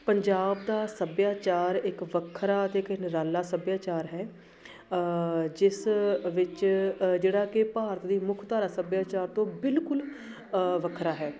ਪੰਜਾਬ ਦਾ ਸੱਭਿਆਚਾਰ ਇੱਕ ਵੱਖਰਾ ਅਤੇ ਇੱਕ ਨਿਰਾਲਾ ਸੱਭਿਆਚਾਰ ਹੈ ਜਿਸ ਵਿੱਚ ਜਿਹੜਾ ਕਿ ਭਾਰਤ ਦੀ ਮੁੱਖ ਧਾਰਾ ਸੱਭਿਆਚਾਰ ਤੋਂ ਬਿਲਕੁਲ ਵੱਖਰਾ ਹੈ